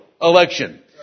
election